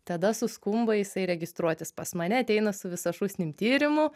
tada suskumba jisai registruotis pas mane ateina su visa šūsnim tyrimų